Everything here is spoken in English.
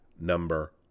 number